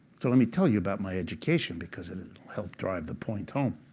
so let me tell you about my education, because it'll help drive the point home.